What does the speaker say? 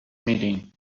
meeting